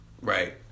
Right